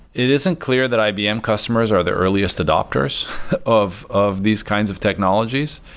it isn't clear that ibm customers are the earliest adapters of of these kinds of technologies.